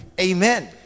Amen